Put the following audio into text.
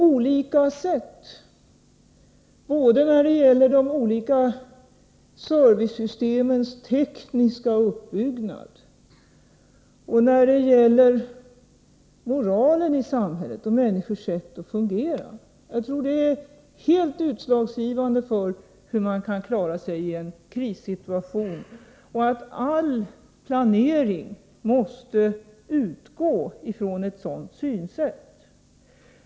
Detta gäller både i fråga om de olika servicesystemens tekniska uppbyggnad och i fråga om moralen i samhället och människors sätt att fungera. Jag tror att detta är helt utslagsgivande för hur man klarar sig i en krissituation, och all planering måste utgå från ett sådant synsätt.